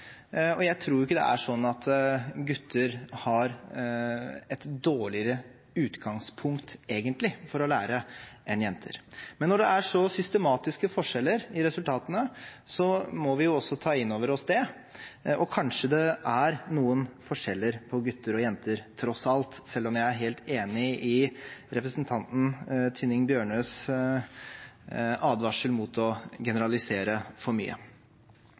forutsetninger. Jeg tror ikke det er sånn at gutter har et dårligere utgangspunkt, egentlig, for å lære enn jenter. Men når det er så systematiske forskjeller i resultatene, må vi jo ta innover oss det. Kanskje det er noen forskjeller på gutter og jenter tross alt, selv om jeg er helt enig i representanten Tynning Bjørnøs advarsel mot å generalisere for mye.